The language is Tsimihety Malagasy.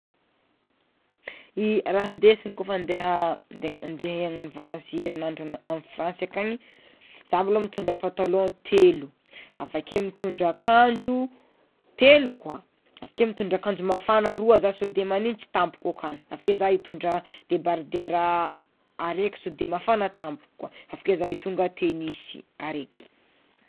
I raha ndesiny kôfa ande ande ande hagnano vakansy herinany any Fransa akagny, zah malôha mitondra patalon telo avakeo mitondra akanjo telo koa, avakeo mitondra akanjo mafa roa zah sode magnintsy tampoko akagny avake zah mitondra debardera areky sode mafana tampoko koa avekeo zah mitondra tenisy areky.